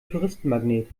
touristenmagnet